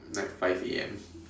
like five A_M